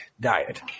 diet